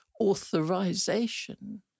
authorization